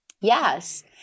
Yes